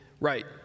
Right